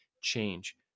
change